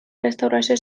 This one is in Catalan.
restauració